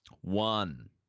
one